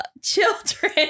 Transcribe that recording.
children